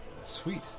sweet